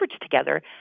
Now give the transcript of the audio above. together